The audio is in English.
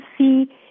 see